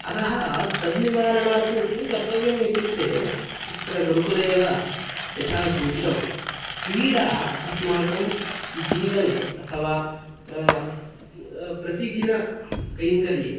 अतः तद् निवारणार्थं किं कर्तव्यम् इत्युक्ते तत्र गुरुकुले एव यथा सूचितं क्रीडा अस्माकं जीवने अथवा प्रतिदिनकैङ्कर्ये